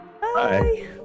bye